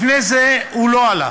לפני זה הוא לא עלה,